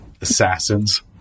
Assassins